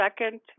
second